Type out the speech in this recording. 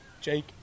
Jake